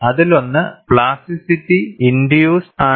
അതിലൊന്ന് plasticity induced ആണ്